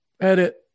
edit